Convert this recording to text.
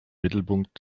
mittelpunkt